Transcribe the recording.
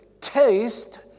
Taste